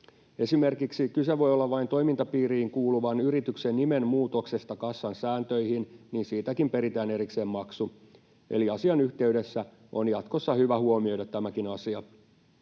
Esimerkiksi kyse voi olla vain toimintapiiriin kuuluvan yrityksen nimen muutoksesta kassan sääntöihin, ja siitäkin peritään erikseen maksu. Eli asian yhteydessä on jatkossa hyvä huomioida tämäkin asia.